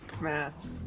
mask